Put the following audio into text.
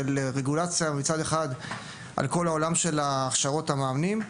של רגולציה מצד אחד על כל העולם של הכשרות המאמנים,